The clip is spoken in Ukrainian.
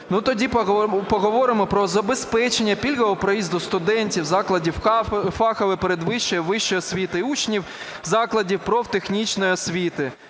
Тоді поговоримо про забезпечення пільгового проїзду студентів закладів фахової передвищої і вищої освіти і учнів закладів профтехнічної освіти.